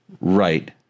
Right